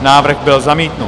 Návrh byl zamítnut.